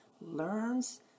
learns